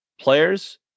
players